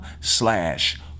slash